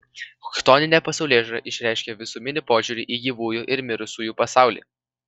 chtoninė pasaulėžiūra išreiškia visuminį požiūrį į gyvųjų ir mirusiųjų pasaulį